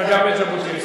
וגם את ז'בוטינסקי.